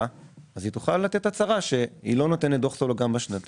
היא תוכל לתת הצהרה שהיא לא נותנת דוח סולו גם בשנתי